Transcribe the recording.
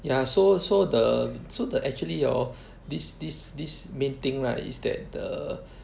ya so so the so the actually hor this this this main thing lah is that the